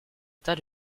tas